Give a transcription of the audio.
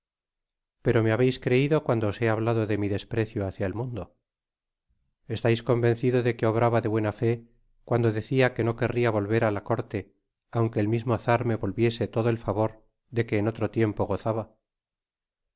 pero me habeis creido cuando os he hablado de mi desprecio hácia el mundo estais convencido de que obraba de buena fe cuando decia que no querria volver á la corte aunque el mismo czar me volviese todo el favor de que en otro tiempo gozaba